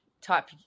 type